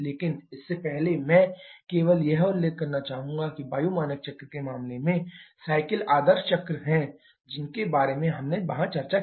लेकिन इससे पहले मैं केवल यह उल्लेख करना चाहूंगा कि वायु मानक चक्र के मामले में साइकिल आदर्श चक्र हैं जिनके बारे में हमने वहां चर्चा की है